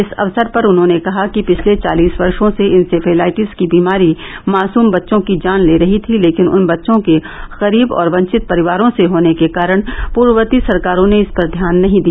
इस अवसर पर उन्होंने कहा कि पिछले चालिस वर्शों से इंसेफेलाइटिस की बीमारी मासूम बच्चों की जान ले रही थी लेकिन उन बच्चों के गरीब और वंचित परिवारों से होने के कारण पूर्ववर्ती सरकारों ने इस पर ध्यान नही दिया